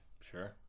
Sure